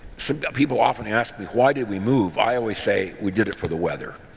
people often ask me, why did we move? i always say, we did it for the weather.